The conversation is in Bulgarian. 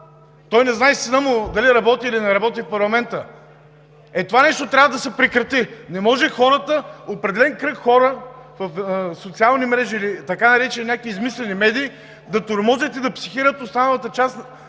Той не знае синът му дали работи, или не работи в парламента?! Е, това нещо трябва да се прекрати! Не може опреден кръг хора в социални мрежи или така наречени някакви измислени медии да тормозят и да психират останалата част от